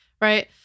right